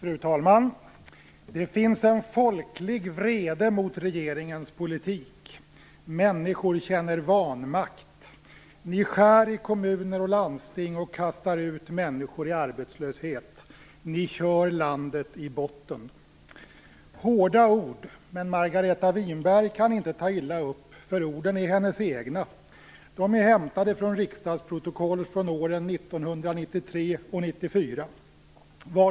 Fru talman! "Det finns en folklig vrede mot regeringens politik. Människor känner vanmakt. Ni skär i kommuner och landsting och kastar ut människor i arbetslöshet. Ni kör landet i botten." Det är hårda ord. Margareta Winberg kan inte ta illa upp, därför att orden är hennes egna. De är hämtade från riksdagsprotokoll från åren 1993 och 1994.